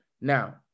Now